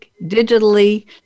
digitally